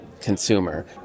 consumer